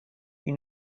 you